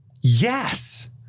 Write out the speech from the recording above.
yes